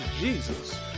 Jesus